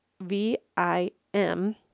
V-I-M